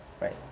Right